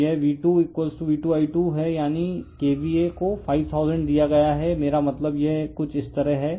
तो यह V2V2I2 है यानी KVA को 5000 दिया गया है मेरा मतलब यह कुछ इस तरह है